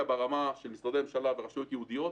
ברמה של משרדי ממשלה ברשויות ייעודיות,